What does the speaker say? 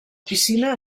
piscina